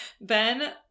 Ben